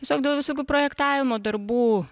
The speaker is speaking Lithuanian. tiesiog dėl visokių projektavimo darbų